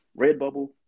Redbubble